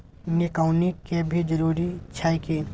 निकौनी के भी जरूरी छै की?